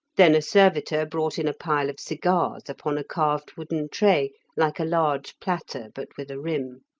then a servitor brought in a pile of cigars upon a carved wooden tray, like a large platter, but with a rim.